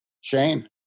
Shane